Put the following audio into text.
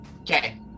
Okay